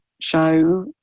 show